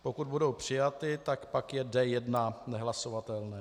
Pokud budou přijaty, pak je D1 nehlasovatelné.